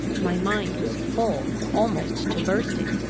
my mind was full, almost to bursting.